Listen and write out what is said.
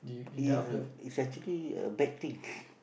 if it's actually a bad thing